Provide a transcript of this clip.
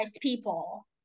people